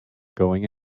going